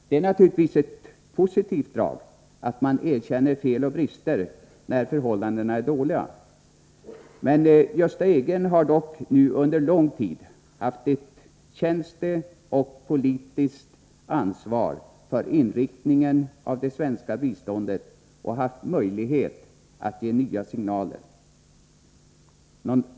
Det är naturligtvis ett positivt drag att erkänna fel och brister när förhållandena är dåliga. Men Gösta Edgren har under lång tid haft ett tjänsteansvar och ett politiskt ansvar för inriktningen av det svenska biståndet, och han har haft möjlighet att ge nya signaler.